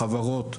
חברות.